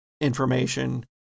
information